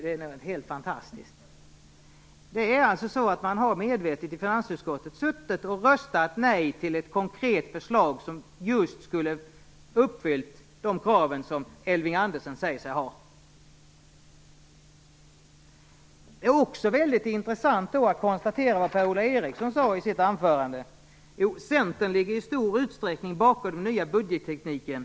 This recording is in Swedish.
Det är helt fantastiskt. Man har i finansutskottet medvetet röstat nej till ett konkret förslag som skulle ha uppfyllt just de krav som Elving Andersson säger sig ha. Det är också väldigt intressant att konstatera vad Per-Ola Eriksson sade i sitt anförande. Han sade att Centern i stor utsträckning ligger bakom den nya budgettekniken.